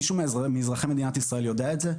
מישהו מאזרחי מדינת ישראל יודע את זה?